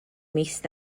mis